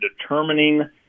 determining